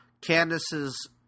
Candace's